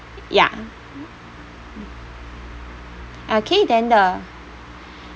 ya okay then the